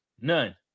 None